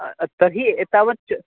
तर्हि एतावत्